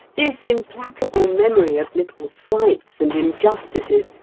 this implacable memory of little slights, and injustices,